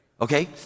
Okay